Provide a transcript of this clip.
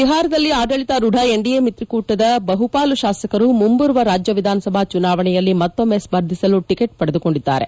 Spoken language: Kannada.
ಬಿಹಾರದಲ್ಲಿ ಆಡಳಿತಾ ರೂಢ ಎನ್ಡಿಎ ಮಿತ್ರಕೂಟದ ಬಹುಪಾಲು ಶಾಸಕರು ಮುಂಬರುವ ರಾಜ್ಯ ವಿಧಾನಸಭಾ ಚುನಾವಣೆಯಲ್ಲಿ ಮತ್ತೊಮ್ಮ ಸ್ಪರ್ಧಿಸಲು ಟಿಕೆಟ್ ಪಡೆದುಕೊಂಡಿದ್ದಾರೆ